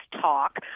talk